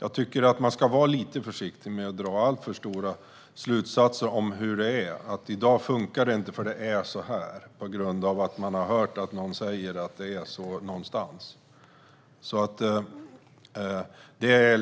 Jag tycker att man ska vara lite försiktig med att dra alltför stora slutsatser; att i dag funkar det inte därför att det är så här på grund av att man har hört att någon säger att det är så någonstans. Det är